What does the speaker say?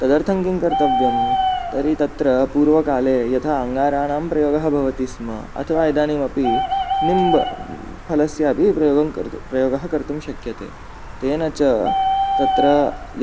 तदर्थं किङ्कर्तव्यं तर्हि तत्र पूर्वकाले यथा अङ्गाराणां प्रयोगः भवति स्म अथवा इदानीमपि निम्बफलस्य अपि प्रयोगं कर्तुं प्रयोगः कर्तुं शक्यते तेन च तत्र